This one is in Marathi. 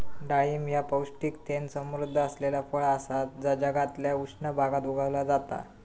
डाळिंब ह्या पौष्टिकतेन समृध्द असलेला फळ असा जा जगातल्या उष्ण भागात उगवला जाता